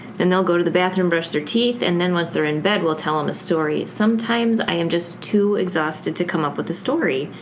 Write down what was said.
then they'll go to the bathroom, brush their teeth, and then once they're in bed we'll tell them a story. sometimes i'm just too exhausted to come up with a story.